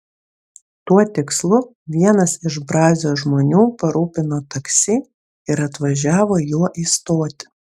tuo tikslu vienas iš brazio žmonių parūpino taksi ir atvažiavo juo į stotį